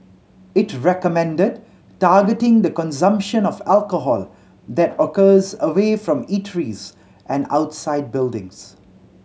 it recommended targeting the consumption of alcohol that occurs away from eateries and outside buildings